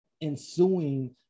ensuing